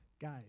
Guys